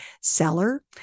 seller